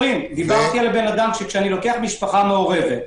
כשאני לוקח משפחה מעורבת,